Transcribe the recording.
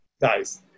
guys